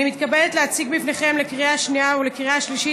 מתכבדת להציג בפניכם לקריאה השנייה ולקריאה השלישית